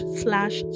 slash